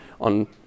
on